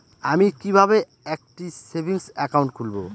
আমি কিভাবে একটি সেভিংস অ্যাকাউন্ট খুলব?